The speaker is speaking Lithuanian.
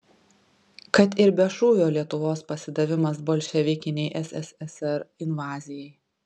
kad ir be šūvio lietuvos pasidavimas bolševikinei sssr invazijai